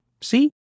See